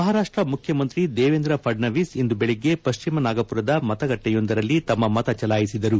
ಮಹಾರಾಷ್ಟ ಮುಖ್ಯಮಂತ್ರಿ ದೇವೇಂದ್ರ ಫಡ್ನವೀಸ್ ಇಂದು ಬೆಳಗ್ಗೆ ಪಶ್ಚಿಮ ನಾಗಪುರದ ಮತಗಟ್ಟೆಯೊಂದರಲ್ಲಿ ತಮ್ಮ ಮತ ಚಲಾಯಿಸಿದರು